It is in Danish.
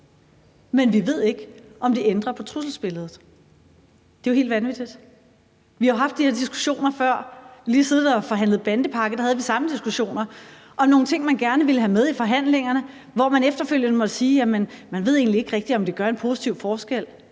men vi ved ikke, om det ændrer på trusselsbilledet. Det er jo helt vanvittigt. Vi har jo haft de her diskussioner før. Vi har lige siddet og forhandlet bandepakke, og der havde vi de samme diskussioner om nogle ting, man gerne ville have med i forhandlingerne, og hvor man efterfølgende måtte sige, at man egentlig ikke rigtig vidste, om det gjorde en positiv forskel.